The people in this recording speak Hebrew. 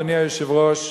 אדוני היושב-ראש,